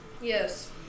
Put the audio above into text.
Yes